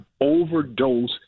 overdose